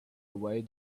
away